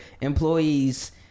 employees